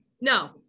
no